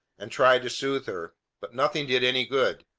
and tried to soothe her but nothing did any good.